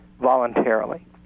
voluntarily